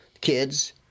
kids